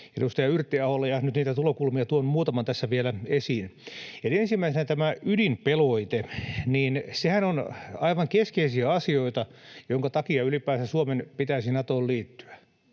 edustaja Yrttiaholla, ja nyt niitä tulokulmia tuon muutaman tässä vielä esiin. Ensimmäisenä tämä ydinpelote. Sehän on aivan keskeisiä asioita, jonka takia ylipäänsä Suomen pitäisi Natoon liittyä.